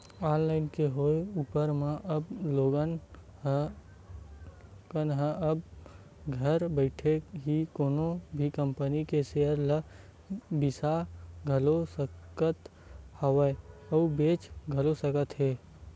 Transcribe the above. online के होय ऊपर म अब लोगन ह अब घर बइठे ही कोनो भी कंपनी के सेयर ल बिसा घलो सकत हवय अउ बेंच घलो सकत हे